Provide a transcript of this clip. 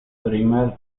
primer